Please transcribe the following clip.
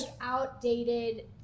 outdated